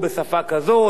אל תעשו את זה ככה,